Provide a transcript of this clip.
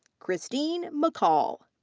christine mccall.